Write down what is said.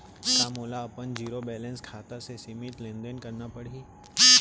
का मोला अपन जीरो बैलेंस खाता से सीमित लेनदेन करना पड़हि?